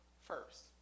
first